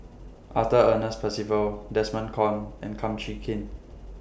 Arthur Ernest Percival Desmond Kon and Kum Chee Kin